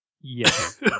Yes